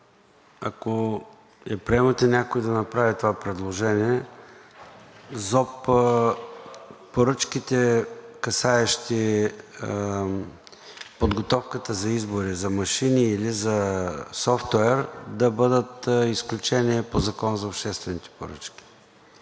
ако я приемате – някой да направи това предложение – поръчките по ЗОП, касаещи подготовката за избори – за машини или за софтуер, да бъдат изключение по Закона за обществените поръчки.